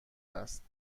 است